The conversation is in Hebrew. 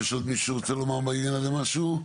יש עוד מישהו שרוצה לומר בעניין הזה משהו?